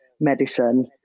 medicine